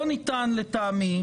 לא ניתן לטעמי,